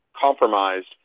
compromised